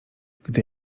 gdy